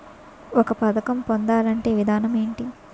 ఒక పథకం పొందాలంటే విధానం ఏంటి?